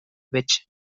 which